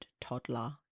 toddler